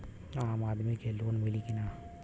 आम आदमी के लोन मिली कि ना?